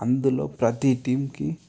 అందులో ప్రతి టీంకి